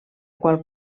qual